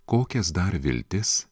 kokias dar viltis